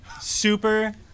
super